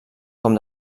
com